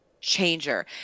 changer